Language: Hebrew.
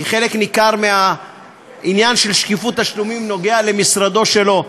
כי חלק ניכר מעניין של שקיפות תשלומים נוגע למשרדו שלו.